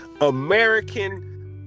American